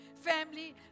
Family